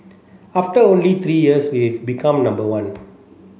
after only three years we've become number one